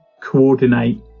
coordinate